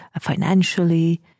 financially